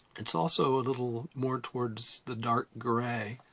it's also a little more towards the dark gray,